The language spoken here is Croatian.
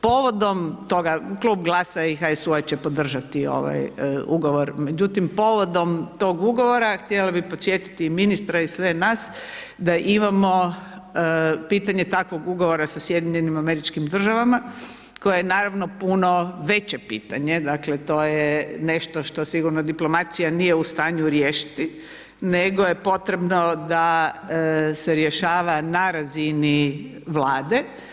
Povodom toga, Klub GLAS-a i HSU-a će podržati ovaj ugovor, međutim povodom tog ugovora htjela bih podsjetiti ministra i sve nas da imamo pitanje takvog ugovora sa SAD-om, koje je naravno puno veće pitanja, dakle, to je nešto što sigurno diplomacija nije u stanju riješiti nego je potrebno da se rješava na razini Vlade.